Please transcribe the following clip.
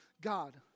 God